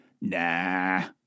Nah